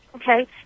Okay